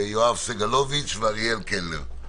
יואב סגלוביץ ואריאל קלנר.